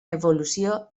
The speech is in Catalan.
evolució